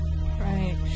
Right